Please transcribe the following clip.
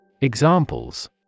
Examples